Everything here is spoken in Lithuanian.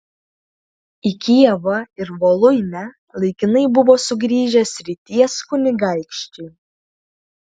į kijevą ir voluinę laikinai buvo sugrįžę srities kunigaikščiai